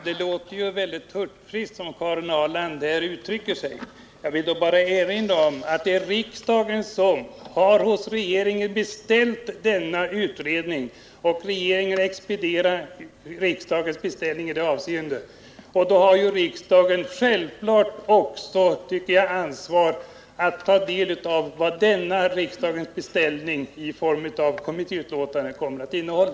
Herr talman! Det låter hurtfriskt när Karin Ahrland här uttrycker sig på detta sätt. Jag vill bara erinra om att det är riksdagen som hos regeringen beställt en utredning och att regeringen effektuerar riksdagens beslut. Då har riksdagen självklart också, tycker jag, ansvar att ta del av vad denna riksdagens beställning i form av ett kommittébetänkande kommer att innehålla.